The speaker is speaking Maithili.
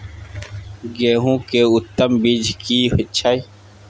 गेहूं के उत्तम बीज की छै?